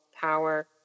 power